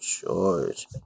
George